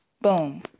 Boom